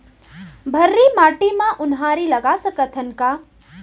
भर्री माटी म उनहारी लगा सकथन का?